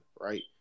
right